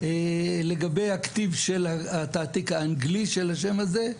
לגבי הכתיב של התעתיק האנגלי של השם הזה,